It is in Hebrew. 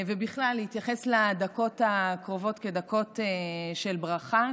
ובכלל להתייחס לדקות הקרובות כדקות של ברכה,